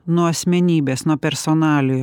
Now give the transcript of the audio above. nuo asmenybės nuo personalijų